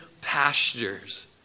pastures